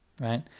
Right